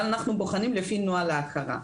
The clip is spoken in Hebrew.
אבל אנחנו בוחנים לפי נוהל ההכרה.